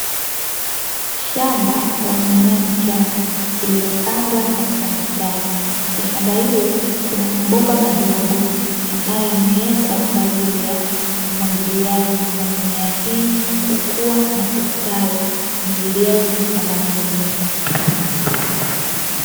Shamba la mimea michanga, iliyopandwa katika mistari. Katika shamba hilo kuna mabomba madogo, ambayo yamewekwa kwa ajili ya umwagiliaji wa mimea hii kukua na kustawi. Umwagiliaji wa matone.